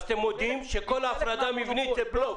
אתם מודים שכל ההפרדה המבנית היא בלוף.